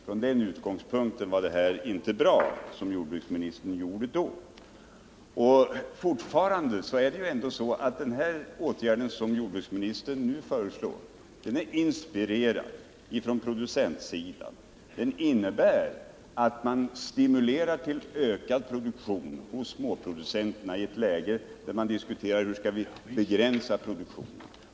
Från den utgångspunkten var det här avsteget från jordbruksutredningens rekommendationer inte bra. Den åtgärd som jordbruksministern nu föreslår är inspirerad från producentsidan. Den innebär att man stimulerar till ökad produktion hos småproducenterna i ett läge där vi diskuterar hur vi skall kunna begränsa produktionen.